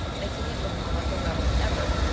making it look more like a well than ever.